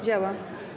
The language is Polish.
Działa.